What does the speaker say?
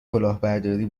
کلاهبرداری